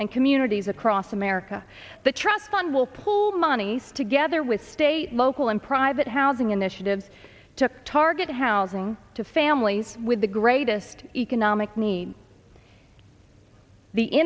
and communities across america the trust fund will pull monies together with state local and private housing initiatives to target housing to families with the greatest economic needs the